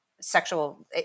sexual